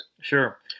Sure